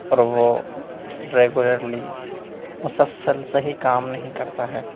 اور وہ ریگولرلی مسلسل صحیح کام نہیں کرتا ہے